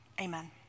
Amen